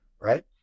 right